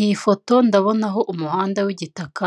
Iyi foto ndabona aho umuhanda w'igitaka